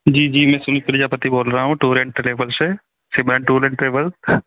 जी जी मैं सुनील प्रजापती बोल रहा हूँ टूर एंड ट्रेवल से सिमरन टूर एंड ट्रेवल